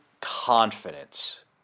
confidence